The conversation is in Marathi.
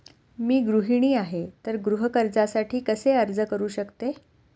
मी गृहिणी आहे तर गृह कर्जासाठी कसे अर्ज करू शकते?